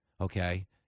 Okay